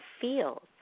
feels